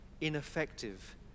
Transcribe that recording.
ineffective